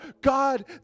God